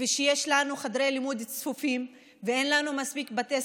ושיש לנו חדרי לימוד צפופים ואין לנו מספיק בתי